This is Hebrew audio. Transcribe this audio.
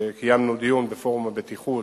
כשקיימנו דיון בפורום הבטיחות,